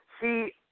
See